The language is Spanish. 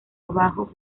abajo